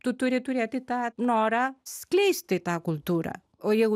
tu turi turėti tą norą skleisti tą kultūrą o jau